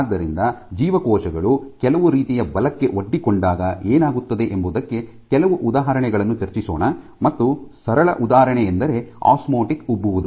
ಆದ್ದರಿಂದ ಜೀವಕೋಶಗಳು ಕೆಲವು ರೀತಿಯ ಬಲಕ್ಕೆ ಒಡ್ಡಿಕೊಂಡಾಗ ಏನಾಗುತ್ತದೆ ಎಂಬುದಕ್ಕೆ ಕೆಲವು ಉದಾಹರಣೆಗಳನ್ನು ಚರ್ಚಿಸೋಣ ಮತ್ತು ಸರಳ ಉದಾಹರಣೆಯೆಂದರೆ ಆಸ್ಮೋಟಿಕ್ ಉಬ್ಬುವುದು